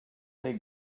they